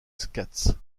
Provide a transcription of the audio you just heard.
katz